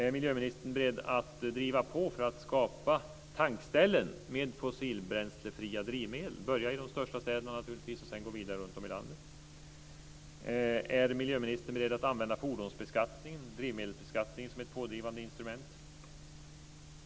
Är miljöministern beredd att driva på för att skapa tankställen med fossilbränslefria drivmedel - börja i de största städerna, naturligtvis, och sedan gå vidare runtom i landet? Är miljöministern beredd att använda fordonsoch drivmedelsbeskattningen som ett pådrivande instrument?